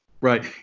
Right